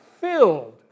filled